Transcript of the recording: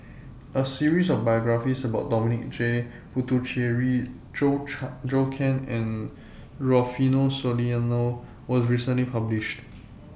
A series of biographies about Dominic J Puthucheary Zhou Can and Rufino Soliano was recently published